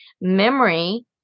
Memory